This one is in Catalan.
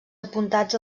apuntats